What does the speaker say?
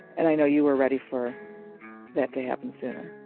and i know you were ready for that to happen sooner.